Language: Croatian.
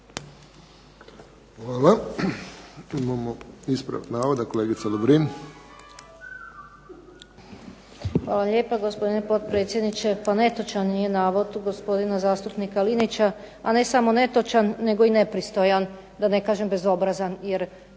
Hvala. Imamo ispravak navoda kolegica Lovrin. **Lovrin, Ana (HDZ)** Hvala lijepa gospodine potpredsjedniče. Pa netočan je navod gospodina zastupnika Linića, a ne samo netočan nego i nepristojan da ne kažem bezobrazan jer